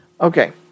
Okay